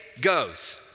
goes